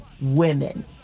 women